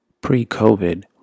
Pre-COVID